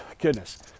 goodness